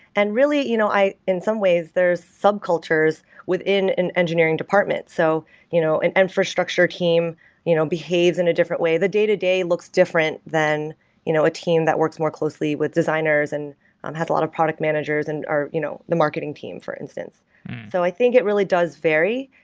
and you know in some ways there is sub-cultures within an engineering department. so you know and and for structure team you know behaves in a different way. the day-to-day looks different than you know a team that works more closely with designers and um has a lot of product managers and or you know the marketing team, for instance so i think it really does vary.